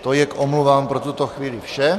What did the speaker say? To je k omluvám pro tuto chvíli vše.